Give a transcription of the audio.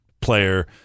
player